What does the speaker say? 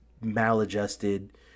maladjusted